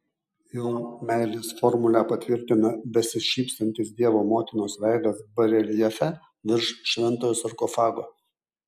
jo meilės formulę patvirtina besišypsantis dievo motinos veidas bareljefe virš šventojo sarkofago